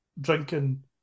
drinking